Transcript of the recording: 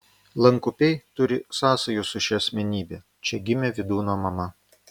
lankupiai turi sąsajų su šia asmenybe čia gimė vydūno mama